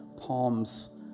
palms